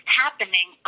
happening